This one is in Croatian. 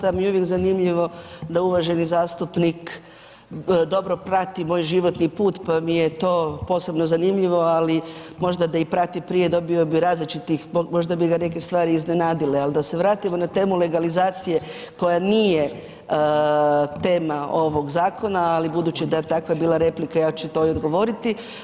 Zaista mi je uvijek zanimljivo da uvaženi zastupnik dobro prati moj životni put pa mi je to posebno zanimljivo ali možda i prati prije, dobio različitih, možda bi ga neke stvari iznenadile ali da se vratimo na temu legalizacije koja nije tema ovog zakona ali budući da takva je replika, ja ću to i odgovoriti.